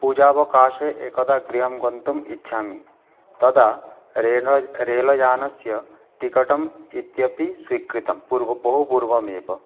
पूजावकाशे एकदा गृहं गन्तुम् इच्छामि तदा रेल रेलयानस्य टिकटम् इत्यपि स्वीकृतं पूर्वं बहुपूर्वमेव